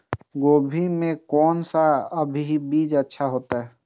गोभी के कोन से अभी बीज अच्छा होते?